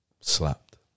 Slapped